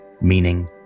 meaning